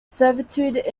servitude